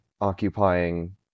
occupying